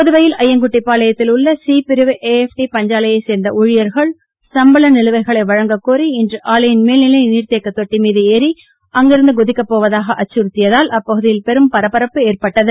புதுவையில் ஐய்யங்குட்டிபாளையத்தில் உள்ள சி பிரிவு ஏஎப்டி பஞ்சாலையை சேர்ந்த ஊழியர்கள் சம்பள நிலுவைகளை வழங்க கோரி இன்று ஆலையின் மேல்நிலை நீர்த்தேக்க தொட்டி மீது ஏறி அங்கிருந்து குதிக்கப் போவதாக அச்சுறுத்தியதால் அப்பகுதியில் பரபரப்பு ஏற்பட்டது